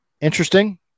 interesting